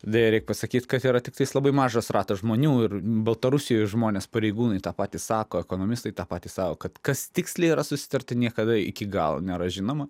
deja reik pasakyt kad yra tiktais labai mažas ratas žmonių ir baltarusijoj žmonės pareigūnai tą patį sako ekonomistai tą patį sao kad kas tiksliai yra susitarta niekada iki galo nėra žinoma